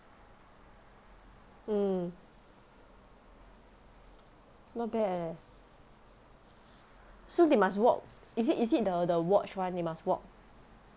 mm not bad leh so they must walk is it is it the the watch one they must walk